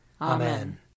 Amen